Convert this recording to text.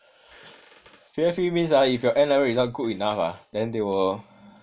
P_F_P means ah if your n'level result good enough ah then they will